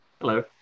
Hello